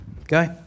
okay